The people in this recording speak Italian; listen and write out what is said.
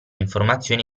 informazioni